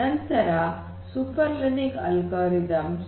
ನಂತರ supervised learning algorithms